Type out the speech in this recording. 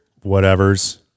whatever's